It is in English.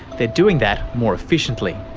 they're doing that more efficiently.